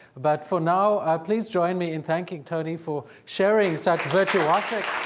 but for now, ah please join me in thanking tony for sharing such virtuosic